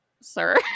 sir